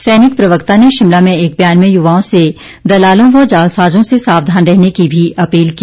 सैनिक प्रवक्ता ने शिमला में एक ब्यान में युवाओं से दलालों व जालसाजों से सावधान रहने की भी अपील की